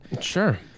Sure